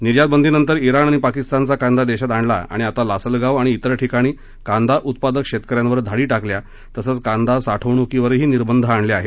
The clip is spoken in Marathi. निर्यातबंदीनंतर इराण आणि पाकिस्तानचा कांदा देशात आणला आणि आता लासलगाव आणि इतर ठिकाणी कांदा उत्पादक शेतकऱ्यांवर धाडी टाकल्या तसंच कांदा साठवणुकीवरही निर्बंध आणले आहेत